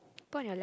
put on your leg